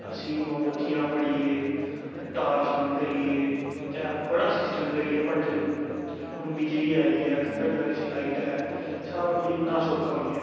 असीं मोमबत्तियां फड़ियै टार्च आन करियै ते बड़ा सिस्टम करियै पढ़दे रेह् हून बिजली आई ऐ घर घर च लाइट ऐ सारा कुछ इन्ना सौखा होई गेआ